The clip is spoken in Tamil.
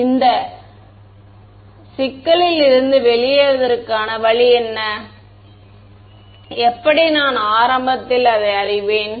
எனவே இந்த சிக்கலில் இருந்து வெளியேறுவதற்கான வழி என்ன எப்படி நான் ஆரம்பத்தில் அதை அறிவேன்